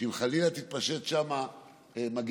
שאם חלילה תתפשט שם מגפה,